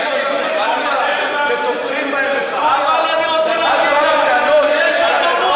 אזרחים נטבחים בסוריה, על זה אין לך מה להגיד?